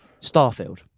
Starfield